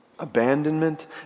abandonment